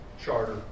charter